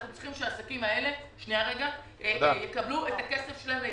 אנחנו צריכים שהעסקים האלה יקבלו את הכסף שלהם.